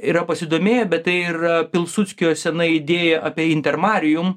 yra pasidomėję bet tai yra pilsudskio senai idėja apie inter marijum